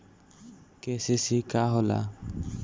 KCC का होला?